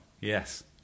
yes